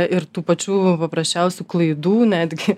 ir tų pačių paprasčiausių klaidų netgi